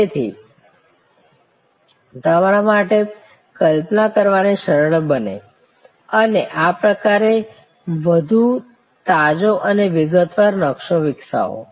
તેથી તમારા માટે કલ્પના કરવી સરળ બને Refer Time 0853 અને આ પ્રકારે વધુ તાજો અને વિગતવાર નક્શો વિકસાવો